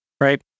right